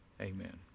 Amen